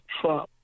Trump